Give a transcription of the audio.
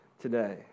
today